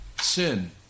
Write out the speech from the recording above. sin